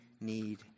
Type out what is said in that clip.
need